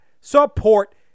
support